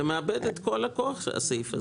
זה מאבד את הכוח הסעיף הזה.